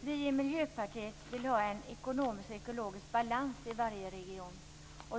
Vi i Miljöpartiet vill ha en ekonomisk och ekologisk balans i varje region.